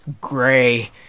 gray